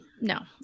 no